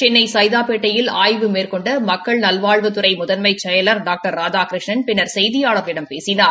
சென்னை சைதாபேட்டையில் ஆய்வு மேற்கொண்ட மக்கள் நல்வாழ்வுத்துறை முதன்மை செயலர் டாக்டர் ராதாகிருஷ்ணன் பின்னர் செயதியாளர்களிடம் பேசினார்